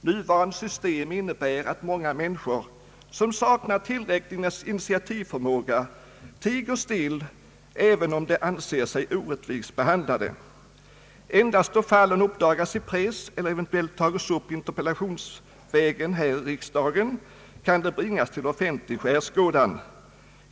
Nuvarande system innebär att många människor som saknar tillräcklig initiativförmåga tiger still även om de anser sig orättvist behandlade. Endast då fallen upp dagas i press eller eventuellt tas upp interpellationsvägen här i riksdagen kan de bringas till offentlig skärskådan.